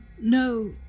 No